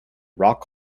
rock